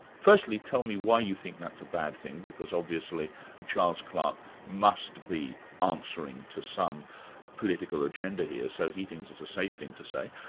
firstly, tell me why you think that's a bad thing because obviously charles clarke must be answering to some political agenda here, so he thinks it's a safe thing to say.